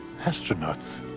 astronauts